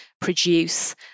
produce